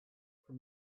from